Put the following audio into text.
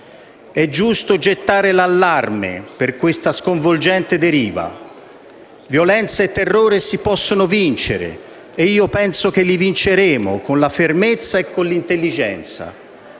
È giusto gettare l'allarme per questa sconvolgente deriva. Violenza e terrore si possono vincere, e io penso che li vinceremo, con la fermezza e con l'intelligenza.